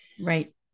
Right